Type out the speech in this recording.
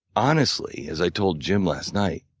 honestly, as i told jim last night,